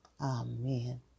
Amen